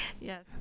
Yes